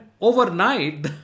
overnight